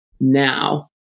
Now